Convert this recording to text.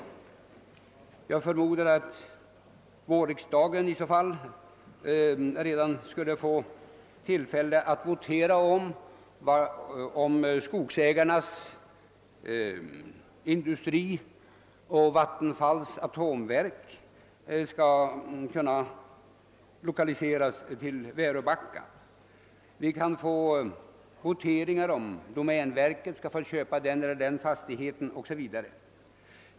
I så fall skulle redan vårriksdagen sannolikt få votera om huruvida skogsägarnas industri och Vattenfalls atomkraftverk skall lokaliseras till Väröbacka. Vi skulle kunna få voteringar om domän verkets rätt att köpa den eller den fastigheten o.s.v.